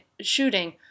shooting